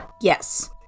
Yes